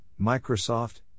Microsoft